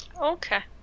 Okay